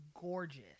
gorgeous